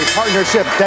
partnership